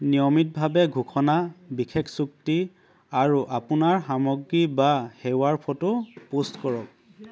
নিয়মিতভাৱে ঘোষণা বিশেষ চুক্তি আৰু আপোনাৰ সামগ্ৰী বা সেৱাৰ ফটো পোষ্ট কৰক